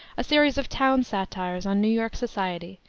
a series of town-satires on new york society,